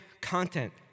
content